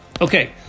Okay